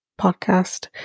podcast